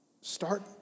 Start